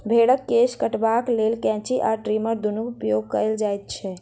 भेंड़क केश कटबाक लेल कैंची आ ट्रीमर दुनूक उपयोग कयल जाइत छै